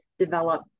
develop